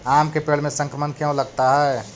आम के पेड़ में संक्रमण क्यों लगता है?